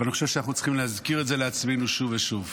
אבל אני חושב שאנחנו צריכים להזכיר את זה לעצמנו שוב ושוב: